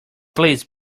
please